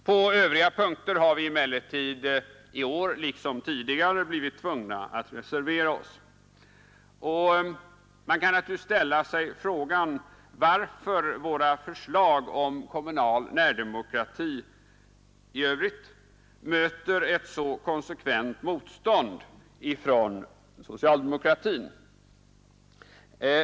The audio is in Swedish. På övriga punkter har vi emellertid i år liksom tidigare blivit tvungna att reservera oss. Man kan naturligtvis ställa sig frågan varför våra förslag om kommunal närdemokrati i övrigt möter ett så konsekvent motstånd från socialdemokratin.